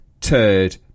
turd